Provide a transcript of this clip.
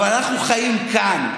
אבל אנחנו חיים כאן,